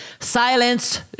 silence